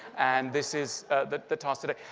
and this is the the task today.